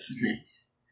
Nice